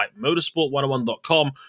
motorsport101.com